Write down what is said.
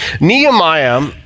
Nehemiah